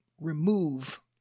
remove